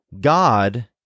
God